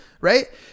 Right